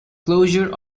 closure